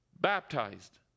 baptized